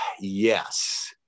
Yes